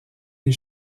des